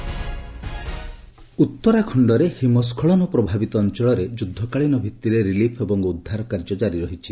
ଉତ୍ତରାଖଣ୍ଡ ଉତ୍ତରାଖଣ୍ଡରେ ହିମସ୍କଳନ ପ୍ରଭାବିତ ଅଞ୍ଚଳରେ ଯୁଦ୍ଧକାଳୀନ ଭିଭିରେ ରିଲିଫ ଏବଂ ଉଦ୍ଧାର କାର୍ଯ୍ୟ ଜାରି ରହିଛି